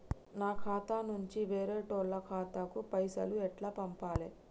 నా ఖాతా నుంచి వేరేటోళ్ల ఖాతాకు పైసలు ఎట్ల పంపాలే?